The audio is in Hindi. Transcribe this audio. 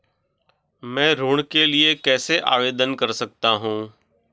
मैं ऋण के लिए कैसे आवेदन कर सकता हूं?